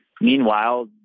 Meanwhile